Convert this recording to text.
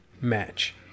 match